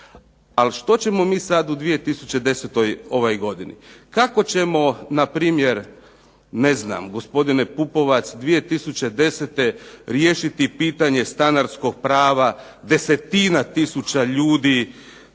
Ali što ćemo mi sad u 2010. godini? Kako ćemo npr., ne znam gospodine Pupovac 2010. riješiti pitanje stanarskog prava, desetina tisuća ljudi